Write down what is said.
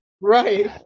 Right